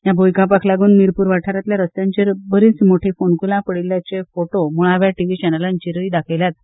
ह्या भ्रंयकांपाक लागून मीरपूर वाठारांतल्या रस्त्यांचेर बरी मोटी फोंडकूलां पडिल्ल्याचे फोटो थळाव्या टिवी चॅनलाचेर दाखयल्यात